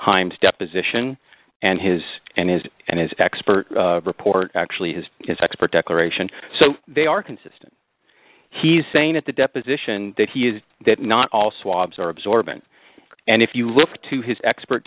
himes deposition and his and his and his expert report actually his expert declaration so they are consistent he's saying that the deposition that he is that not all swabs are absorbant and if you look to his expert